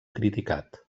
criticat